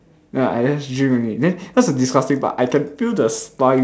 no I just drink only then cause is disgusting but I can feel the saliva